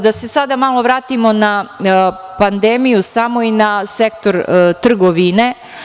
Da se sada malo vratimo na pandemiju i na sektor trgovine.